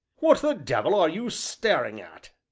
what the devil are you staring at?